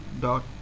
dot